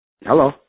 Hello